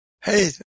Hey